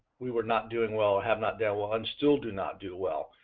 we were not doing well, have not done well and still do not do well.